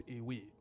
away